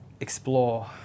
explore